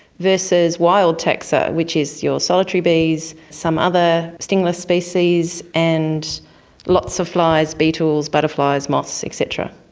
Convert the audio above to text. versus wild taxa, which is your solitary bees, some other stingless species, and lots of flies, beetles, butterflies, moths et cetera.